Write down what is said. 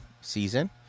season